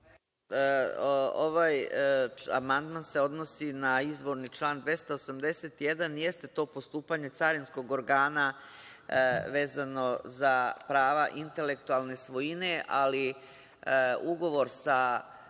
Ovaj amandman se odnosi na izvorni član 281. jeste to postupanje carinskog organa vezano za prava intelektualne svojine, ali ugovor sa